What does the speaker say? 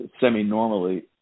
semi-normally